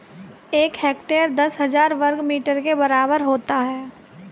एक हेक्टेयर दस हजार वर्ग मीटर के बराबर होता है